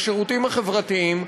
לשירותים החברתיים,